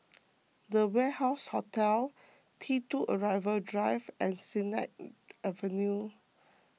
the Warehouse Hotel T two Arrival Drive and Sennett Avenue